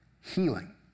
Healing